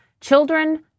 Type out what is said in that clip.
children